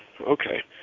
okay